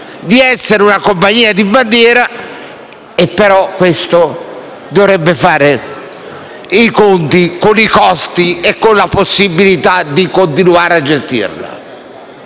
ovvero una compagnia di bandiera, ma questo dovrebbe fare i conti con i costi e con la possibilità di continuare a gestirla.